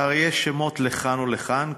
והרי יש שמות לכאן ולכאן,